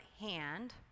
hand